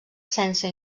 sense